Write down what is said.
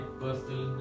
personal